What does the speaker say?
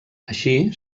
així